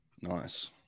nice